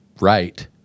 right